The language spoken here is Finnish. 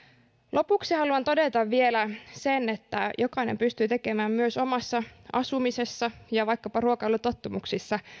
lopuksi haluan todeta vielä sen että jokainen pystyy tekemään myös omassa asumisessa ja vaikkapa ruokailutottumuksissa